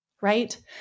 right